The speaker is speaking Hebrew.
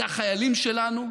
זה החיילים שלנו,